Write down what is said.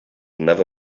never